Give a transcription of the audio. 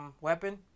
Weapon